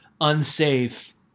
unsafe